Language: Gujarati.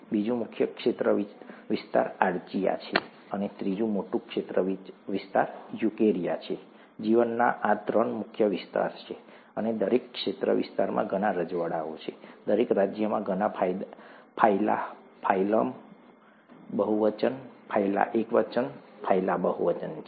બીજું મુખ્ય ક્ષેત્રવિસ્તાર આર્ચીઆ છે અને ત્રીજું મોટું ક્ષેત્રવિસ્તાર યુકેરિયા છે જીવનમાં ત્રણ મુખ્ય ક્ષેત્રવિસ્તાર છે અને દરેક ક્ષેત્રવિસ્તારમાં ઘણા રજવાડાઓ છે દરેક રાજ્યમાં ઘણા ફાયલા ફાયલામ બહુવચન ફાયલા એકવચન ફાયલા બહુવચન છે